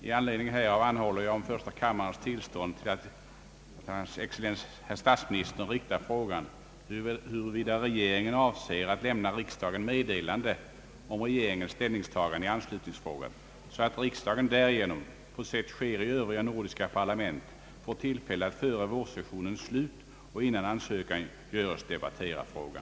I anledning härav anhåller jag om första kammarens tillstånd att till hans excellens herr statsministern rikta frågan huruvida regeringen avser att lämna riksdagen meddelande om regeringens ställningstagande i anslutningsfrågan, så att riksdagen därigenom — på sätt sker i övriga nordiska pariament — får tillfälle att före vårsessionens slut och innan ansökan göres debattera frågan.